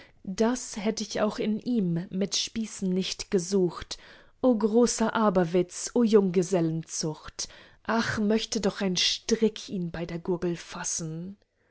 das hätt ich auch in ihm mit spießen nicht gesucht o großer aberwitz o junggesellenzucht ach möchte doch ein strick ihn bei der gurgel fassen